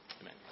Amen